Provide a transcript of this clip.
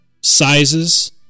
sizes